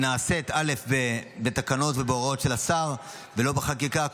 נעשית בתקנות ובהוראות של השר ולא בחקיקה.